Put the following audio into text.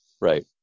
Right